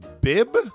bib